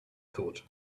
thought